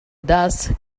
dust